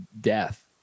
death